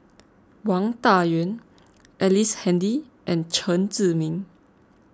Wang Dayuan Ellice Handy and Chen Zhiming